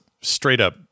straight-up